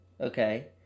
okay